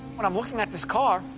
but i'm looking at this car.